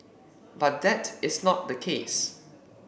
but that is not the case